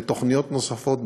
בתוכניות נוספות,